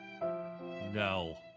no